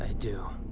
ah do.